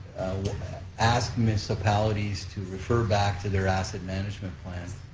ask municipalities to refer back to their asset management plan.